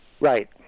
Right